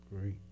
Great